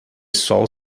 sol